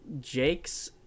Jake's